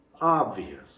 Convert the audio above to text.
obvious